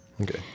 Okay